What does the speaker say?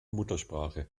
muttersprache